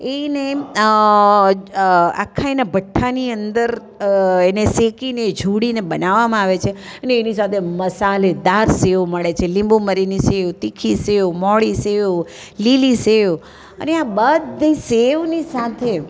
એને આખા એના ભઠ્ઠાની અંદર એને શેકીને ઝૂડીને બનાવવામાં આવે છે અને એની સાથે મસાલેદાર સેવ મળે છે લીંબુ મરીની સેવ તીખી સેવ મોળી સેવ લીલી સેવ અને આ બધી સેવની સાથે